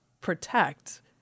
protect